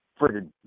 friggin